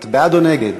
את בעד או נגד?